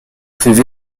ces